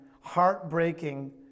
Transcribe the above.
heartbreaking